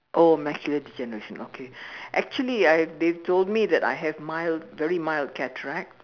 oh masculine degeneration okay actually I they told me that I have mild very mild cataract